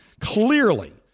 Clearly